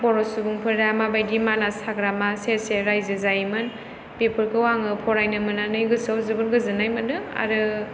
बर' सुबुंफोरा माबादि मानास हाग्रामा सेर सेर रायजो जायोमोन बेफोरखाै आङो फरायनो मोननानै गोसाेयाव जोबोद गाोजाेननाय माेनदों आरो